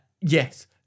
Yes